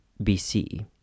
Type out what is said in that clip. BC